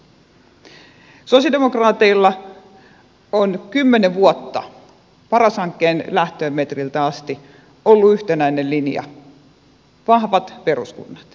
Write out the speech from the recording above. sosialidemokraateilla on kymmenen vuotta paras hankkeen lähtömetreiltä asti ollut yhtenäinen linja vahvat peruskunnat